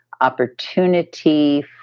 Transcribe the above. opportunity